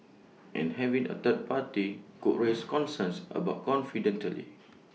and having A third party could raise concerns about confidentiality